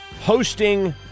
hosting